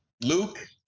Luke